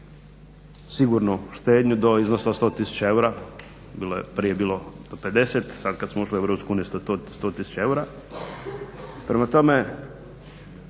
sigurnu štednju do iznosa od 100 000 eura, prije je bilo do 50, sad kad smo ušli u Europsku uniju 100 000 eura. Prema tome,